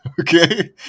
okay